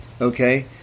okay